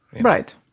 Right